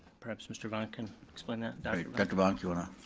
perhaps mr. vonck can explain that. dr. vonck, you wanna?